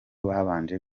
babanje